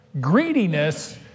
Greediness